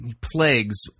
plagues